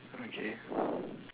okay